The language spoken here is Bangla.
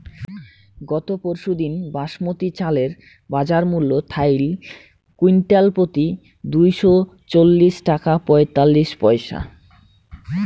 গত পরশুদিন বাসমতি চালের বাজারমূল্য থাইল কুইন্টালপ্রতি দুইশো ছত্রিশ টাকা পঁয়তাল্লিশ পইসা